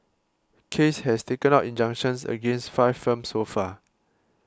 case has taken out injunctions against five firms so far